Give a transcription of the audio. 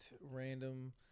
random